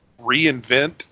reinvent